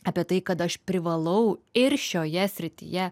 apie tai kad aš privalau ir šioje srityje